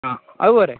ആ അതുപോരെ